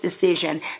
decision